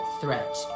threat